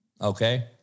Okay